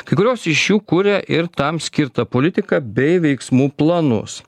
kai kurios iš jų kuria ir tam skirtą politiką bei veiksmų planus